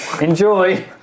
enjoy